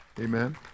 Amen